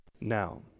Now